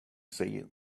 say